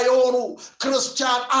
Christian